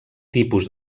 tipus